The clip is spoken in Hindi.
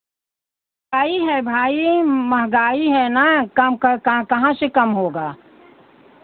सही है भाई महंगाई है ना कम कहाँ से कम होगा